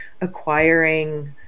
acquiring